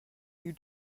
you